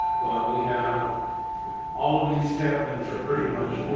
but we have all of these cabinets are pretty much